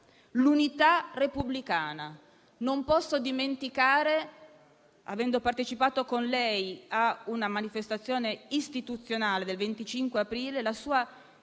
l'unità repubblicana. Non posso dimenticare, avendo partecipato con lei a una manifestazione istituzionale del 25 aprile, la sua